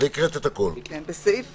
בסעיף